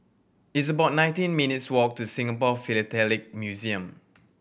it's about nineteen minutes' walk to Singapore Philatelic Museum